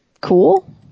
cool